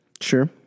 Sure